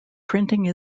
printing